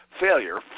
failure